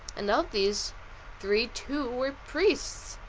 and of these three two were priests.